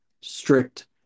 strict